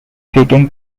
speaking